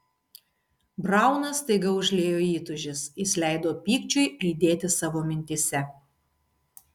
brauną staiga užliejo įtūžis jis leido pykčiui aidėti savo mintyse